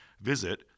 visit